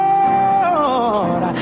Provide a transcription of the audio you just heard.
Lord